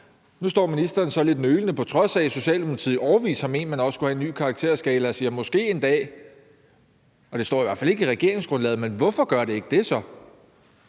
Nu står ministeren så lidt nølende, på trods af at Socialdemokratiet i årevis har ment, at man også skulle have en ny karakterskala, og siger: måske en dag. Og det står i hvert fald ikke i regeringsgrundlaget, men hvorfor gør det så ikke det?